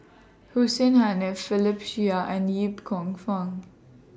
Hussein Haniff Philip Chia and Yip Kong Fun